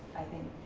i think,